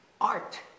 art